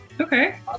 Okay